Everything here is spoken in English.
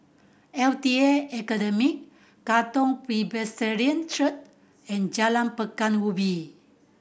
L T A Academy Katong Presbyterian Church and Jalan Pekan Ubin